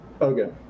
Okay